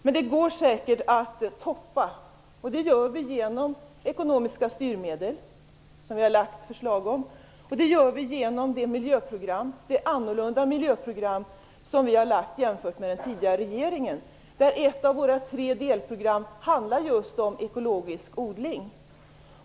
Men det går säkert att "toppa", och det gör vi genom ekonomiska styrmedel, som vi har lagt fram förslag om, och genom det annorlunda miljöprogram som vi har tagit fram jämfört med den tidigare regeringen, där ett av våra tre delprogram handlar just om ekologisk odling.